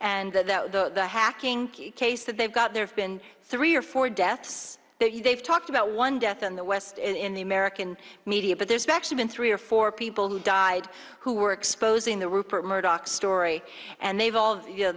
and the hacking case that they've got there's been three or four deaths they've talked about one death in the west in the american media but there's actually been three or four people who died who were exposing the rupert murdoch story and they've all